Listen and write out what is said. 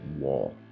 wall